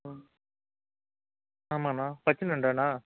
ம் ஆமாண்ணா பச்சை நண்டாண்ணா